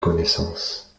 connaissance